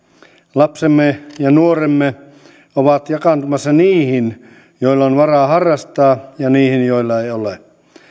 lapsemme ja nuoremme ovat jakaantumassa niihin joilla on varaa harrastaa ja niihin joilla ei ole